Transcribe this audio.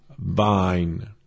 vine